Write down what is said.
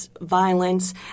violence